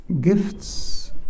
gifts